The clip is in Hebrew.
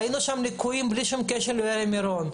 ראינו שם ליקויים בלי שום קשר לאירועי מירון.